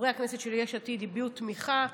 חברי הכנסת של יש עתיד הביעו תמיכה,